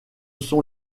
sont